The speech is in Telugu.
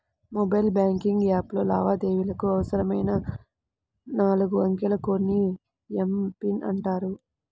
మొబైల్ బ్యాంకింగ్ యాప్లో లావాదేవీలకు అవసరమైన నాలుగు అంకెల కోడ్ ని ఎమ్.పిన్ అంటారు